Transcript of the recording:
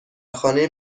خانه